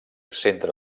centre